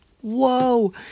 Whoa